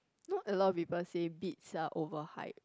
you know a lot of people say beats are over hyped